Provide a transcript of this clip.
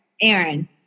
Aaron